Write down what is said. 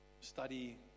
study